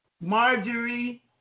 Marjorie